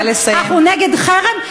אנחנו נגד חרם,